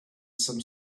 some